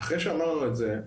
אחרי שאמרנו את זה,